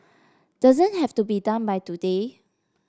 doesn't have to be done by today